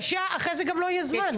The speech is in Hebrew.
אחר כך גם לא יהיה זמן.